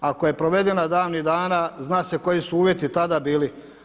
Ako je provedena davnih dana, zna se koji su uvjeti tada bili.